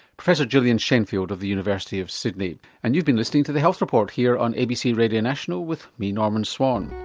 professor gillian shenfield of the university of sydney and you've been listening to the health report here on abc radio national with me norman swan